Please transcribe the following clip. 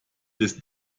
des